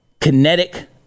kinetic